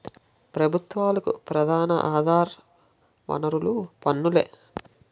ప్రభుత్వాలకు ప్రధాన ఆధార వనరులు పన్నులే